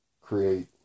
create